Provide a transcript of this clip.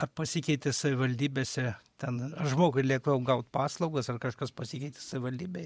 ar pasikeitė savivaldybėse ten žmogui lengviau gaut paslaugas ar kažkas pasikeitė savivaldybėj